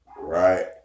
right